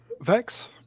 vex